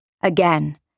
Again